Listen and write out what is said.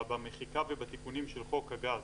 במחיקה ובתיקונים של חוק הגז,